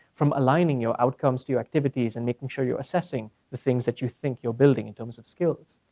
from aligning your outcomes to your activities and making sure your assessing the things that you think your building in terms of skills.